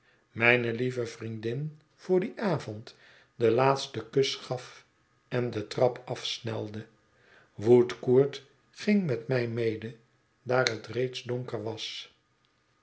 mijne lieve vriendin voor dien avond den laatsten kus gaf en de trap afsnelde woodcourt ging met mij mede daar het reeds donker was